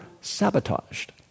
sabotaged